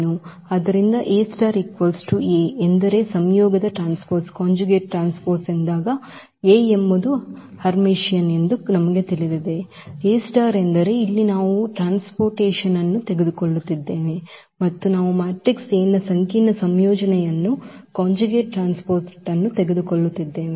ಆದ್ದರಿಂದ A A ಎಂದರೆ ಸಂಯೋಗದ ಟ್ರಾನ್ಸ್ಪೋಸ್ ಎಂದಾಗ A ಎಂಬುದು ಹರ್ಮಿಟಿಯನ್ ಎಂದು ನಮಗೆ ತಿಳಿದಿದೆ A ಎಂದರೆ ಇಲ್ಲಿ ನಾವು ಟ್ರಾನ್ಸ್ಪೋರ್ಟಷನ್ಆನ್ನು ತೆಗೆದುಕೊಳ್ಳುತ್ತಿದ್ದೇವೆ ಮತ್ತು ನಾವು ಮ್ಯಾಟ್ರಿಕ್ಸ್ A ನ ಸಂಕೀರ್ಣ ಸಂಯೋಜನೆಯನ್ನು ತೆಗೆದುಕೊಳ್ಳುತ್ತಿದ್ದೇವೆ